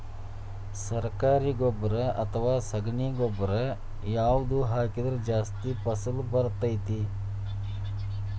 ಸರಕಾರಿ ಗೊಬ್ಬರ ಅಥವಾ ಸಗಣಿ ಗೊಬ್ಬರ ಯಾವ್ದು ಹಾಕಿದ್ರ ಜಾಸ್ತಿ ಫಸಲು ಬರತೈತ್ರಿ?